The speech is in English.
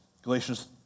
Galatians